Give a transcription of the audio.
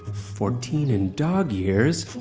fourteen in dog years.